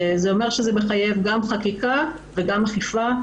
זה אומר שזה מחייב גם חקיקה וגם אכיפה.